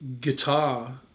guitar